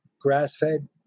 grass-fed